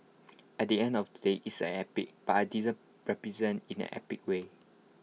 at the end of the day it's an epic but I didn't represent in an epic way